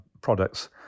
products